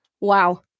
wow